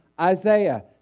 Isaiah